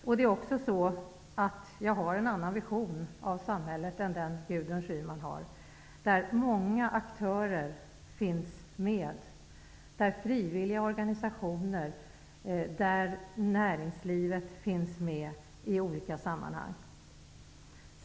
Jag har en annan vision av samhället än vad Gudrun Schyman har. I min vision finns många aktörer. Frivilliga organisationer och näringslivet finns med i olika sammanhang.